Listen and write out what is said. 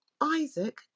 Isaac